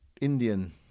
Indian